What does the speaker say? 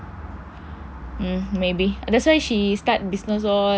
mm maybe that's why she start business lor